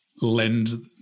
lend